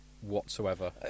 whatsoever